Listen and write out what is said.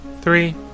three